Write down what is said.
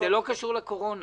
לא קשור לקורונה.